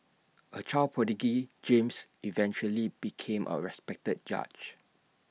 A child prodigy James eventually became A respected judge